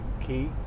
key